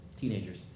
teenagers